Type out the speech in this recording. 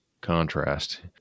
contrast